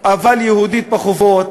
אבל יהודית בחובות?